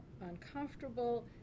uncomfortable